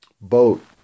boat